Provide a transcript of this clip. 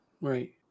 Right